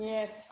Yes